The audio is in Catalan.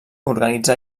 organitzà